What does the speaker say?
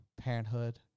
parenthood